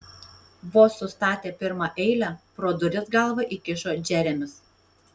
vos sustatė pirmą eilę pro duris galvą įkišo džeremis